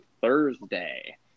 Thursday